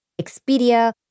Expedia